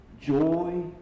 joy